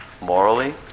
morally